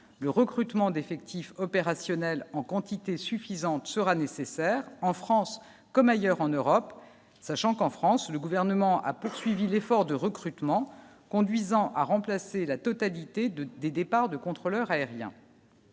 le recrutement d'effectifs opérationnels en quantité suffisante sera nécessaire en France comme ailleurs en Europe, sachant qu'en France, le gouvernement a poursuivi l'effort de recrutement conduisant à remplacer la totalité de des départs de contrôleurs aériens.